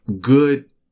good